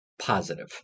positive